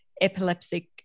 epileptic